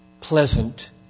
pleasant